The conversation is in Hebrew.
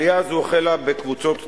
העלייה הזאת החלה בקבוצות קטנות,